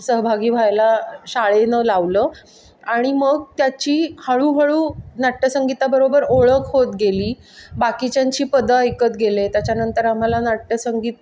सहभागी व्हायला शाळेनं लावलं आणि मग त्याची हळूहळू नाट्यसंगीताबरोबर ओळख होत गेली बाकीच्यांची पदं ऐकत गेले त्याच्यानंतर आम्हाला नाट्यसंगीत